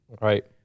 Right